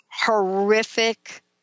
horrific